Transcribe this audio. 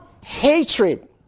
hatred